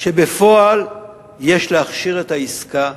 שבפועל יש להכשיר את העסקה,